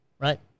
Right